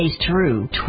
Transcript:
true